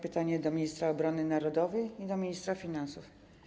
Pytanie do ministra obrony narodowej i do ministra finansów: